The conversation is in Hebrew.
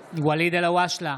אלהואשלה,